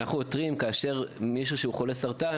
אנחנו עותרים כאשר מישהו שהוא חולה סרטן